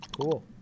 cool